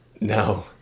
No